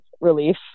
relief